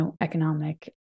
economic